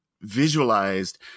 visualized